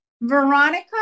Veronica